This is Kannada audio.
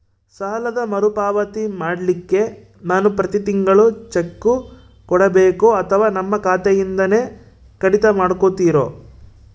ಸಾಲದ ಮರುಪಾವತಿ ಮಾಡ್ಲಿಕ್ಕೆ ನಾವು ಪ್ರತಿ ತಿಂಗಳು ಚೆಕ್ಕು ಕೊಡಬೇಕೋ ಅಥವಾ ನಮ್ಮ ಖಾತೆಯಿಂದನೆ ಕಡಿತ ಮಾಡ್ಕೊತಿರೋ?